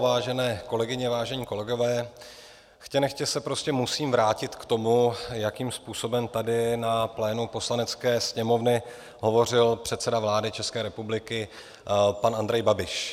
Vážené kolegyně, vážení kolegové, chtě nechtě se prostě musím vrátit k tomu, jakým způsobem tady na plénu Poslanecké sněmovny hovořil předseda vlády České republiky pan Andrej Babiš.